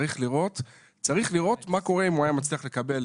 צריך לראות מה קורה אם הוא היה מצליח לקבל